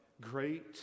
great